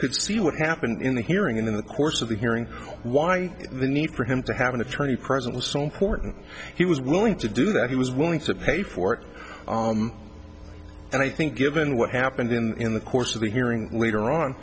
could see what happened in the hearing in the course of the hearing why the need for him to have an attorney present was so important he was willing to do that he was willing to pay for it and i think given what happened in the course of the hearing later on